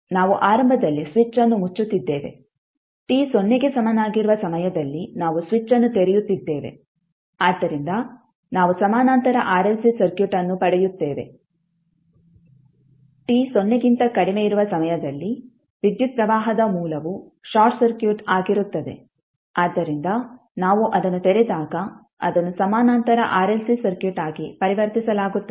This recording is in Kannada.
ನಾವು ಆರಂಭದಲ್ಲಿ ಸ್ವಿಚ್ ಅನ್ನು ಮುಚ್ಚುತ್ತಿದ್ದೇವೆ t ಸೊನ್ನೆಗೆ ಸಮನಾಗಿರುವ ಸಮಯದಲ್ಲಿ ನಾವು ಸ್ವಿಚ್ ಅನ್ನು ತೆರೆಯುತ್ತಿದ್ದೇವೆ ಆದ್ದರಿಂದ ನಾವು ಸಮಾನಾಂತರ ಆರ್ಎಲ್ಸಿ ಸರ್ಕ್ಯೂಟ್ಅನ್ನು ಪಡೆಯುತ್ತೇವೆ t ಸೊನ್ನೆಗಿಂತ ಕಡಿಮೆಯಿರುವ ಸಮಯದಲ್ಲಿ ವಿದ್ಯುತ್ ಪ್ರವಾಹದ ಮೂಲವು ಶಾರ್ಟ್ ಸರ್ಕ್ಯೂಟ್ ಆಗಿರುತ್ತದೆ ಆದ್ದರಿಂದ ನಾವು ಅದನ್ನು ತೆರೆದಾಗ ಅದನ್ನು ಸಮಾನಾಂತರ ಆರ್ಎಲ್ಸಿ ಸರ್ಕ್ಯೂಟ್ ಆಗಿ ಪರಿವರ್ತಿಸಲಾಗುತ್ತದೆ